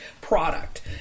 product